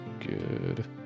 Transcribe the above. good